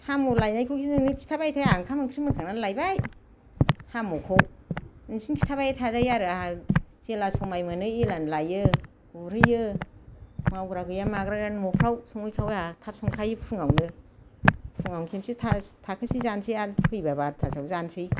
साम' लायनायखौखि नोंनो खिथाबाय थायो आंहा ओंखाम ओंख्रि मोनखांना लायबाय साम'खौ नोंसोरनो खिथाबाय थाजायो आरो आंहा जेला समाय मोनो एलानो लाइयो गुरहैयो मावग्रा गैया माग्रा गैया न'फ्राव सङै खावै आंहा थाब संखायो फुङावनो फुङाव खनसे थाखोसे जानोसै आोर फैबा बारथासोआव जानोसै